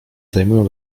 zajmują